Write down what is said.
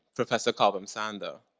professor cobham-sander.